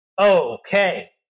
Okay